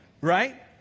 Right